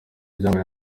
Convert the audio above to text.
byabaye